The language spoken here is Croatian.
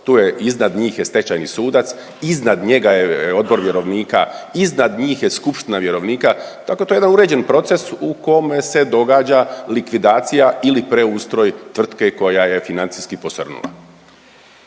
Tu je iznad njih je stečajni sudac, iznad njega je odbor vjerovnika, iznad njih je skupština vjerovnika. Tako to je jedan uređeni proces u kome se događa likvidacija ili preustroj tvrtke koja je financijski posrnula.